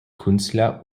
künstler